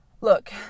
Look